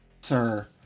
sir